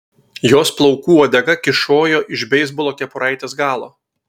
jos plaukų uodega kyšojo iš beisbolo kepuraitės galo